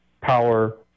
power